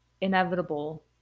inevitable